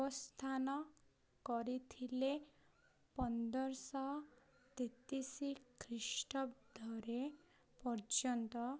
ଉପସ୍ଥାନ କରିଥିଲେ ପନ୍ଦରଶହ ତେତିଶି ଖ୍ରୀଷ୍ଟାବ୍ଦରେ ପର୍ଯ୍ୟନ୍ତ